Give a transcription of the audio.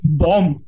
bomb